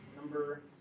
Number